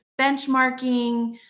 benchmarking